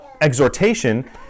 exhortation